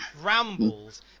Rambled